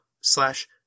slash